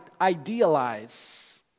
idealize